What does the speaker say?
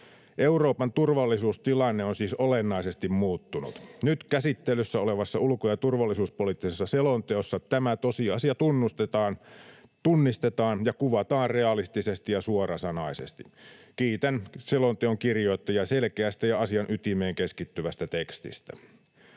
Euroopan turvallisuustilanne on siis olennaisesti muuttunut. Nyt käsittelyssä olevassa ulko- ja turvallisuuspoliittisessa selonteossa tämä tosiasia tunnistetaan ja kuvataan realistisesti ja suorasanaisesti. Kiitän selonteon kirjoittajia selkeästä ja asian ytimeen keskittyvästä tekstistä.